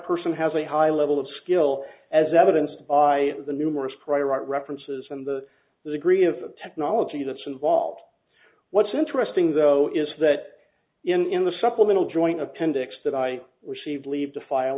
person has a high level of skill as evidenced by the numerous prior art references and the degree of technology that's involved what's interesting though is that in the supplemental joint appendix that i received leave the file